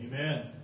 Amen